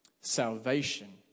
Salvation